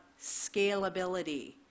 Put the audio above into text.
scalability